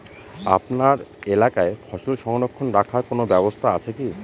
আপনার এলাকায় ফসল সংরক্ষণ রাখার কোন ব্যাবস্থা আছে কি?